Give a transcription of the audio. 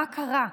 מה קרה?